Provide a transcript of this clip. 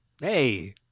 Hey